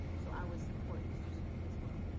so i would support mr. smith as well.